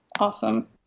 Awesome